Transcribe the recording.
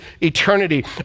eternity